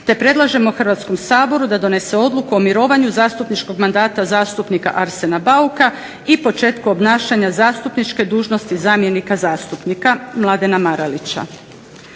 te predlažemo Hrvatskom saboru da donese Odluku o mirovanju zastupničkog mandata zastupnika Arsena Bauka i počeku obnašanja zastupničke dužnosti zamjenika zastupnika Mladena Marelića.